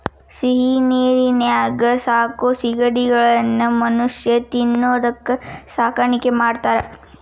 ಸಿಹಿನೇರಿನ್ಯಾಗ ಸಾಕೋ ಸಿಗಡಿಗಳನ್ನ ಮನುಷ್ಯ ತಿನ್ನೋದಕ್ಕ ಸಾಕಾಣಿಕೆ ಮಾಡ್ತಾರಾ